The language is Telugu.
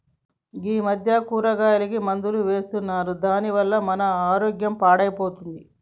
ఈ మధ్య కూరగాయలకి మందులు వేస్తున్నారు దాని వల్ల మన ఆరోగ్యం పాడైపోతుంది